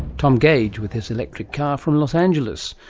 tom gage with his electric car from los angeles.